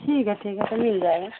ठीक है ठीक है सब मिल जाएगा